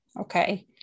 okay